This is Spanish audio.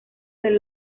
del